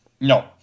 No